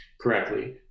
correctly